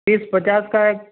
तीस पचास का है